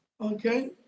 Okay